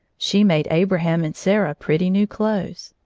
she made abraham and sarah pretty new clothes.